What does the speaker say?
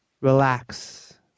relax